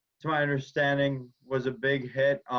to my understanding was a big hit.